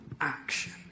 action